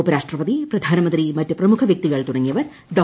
ഉപരാഷ്ട്രപതി പ്രധാനമന്ത്രി മറ്റ് പ്രമുഖ വ്യക്തികൾ തുടങ്ങിയവർ ഡോ